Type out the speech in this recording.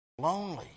lonely